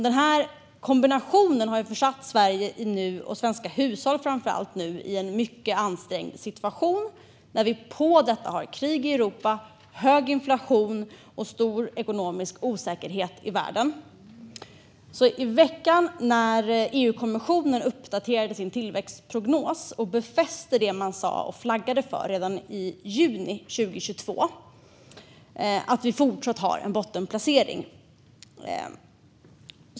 Denna kombination har nu försatt Sverige och framför allt svenska hushåll i en mycket ansträngd situation, och ovanpå detta har vi krig i Europa, hög inflation och stor ekonomisk osäkerhet i världen. I veckan uppdaterade EU-kommissionen sin tillväxtprognos och befäste det man flaggade för redan i juni 2022: att vi fortfarande har en bottenplacering.